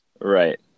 Right